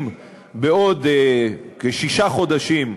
אם בעוד כשישה חודשים,